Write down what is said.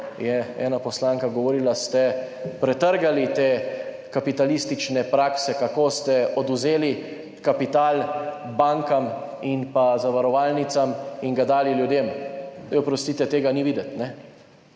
je ena poslanka govorila, ste pretrgali te kapitalistične prakse, kako ste odvzeli kapital bankam in pa zavarovalnicam in ga dali ljudem. Oprostite, tega ni videti.